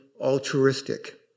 altruistic